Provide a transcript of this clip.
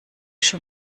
schon